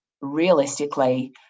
realistically